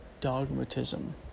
dogmatism